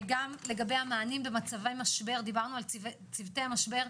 דיברנו על צוותי משבר,